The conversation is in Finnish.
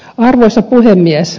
arvoisa puhemies